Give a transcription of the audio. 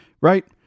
right